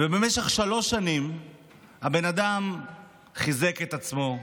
ובמשך שלוש שנים הבן אדם חיזק את עצמו,